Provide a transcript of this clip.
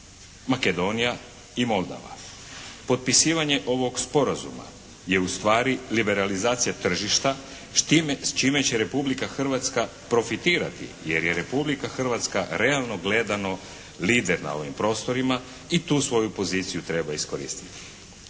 Makedonija i Moldava. Potpisivanje ovog sporazuma je ustvari liberalizacija tržišta s čime će Republika Hrvatska profitirati jer je Republika Hrvatska realno gledano lider na ovim prostorima i tu svoju poziciju treba iskoristiti.